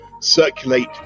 circulate